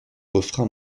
refrain